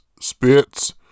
spits